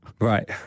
Right